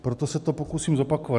Proto se to pokusím zopakovat.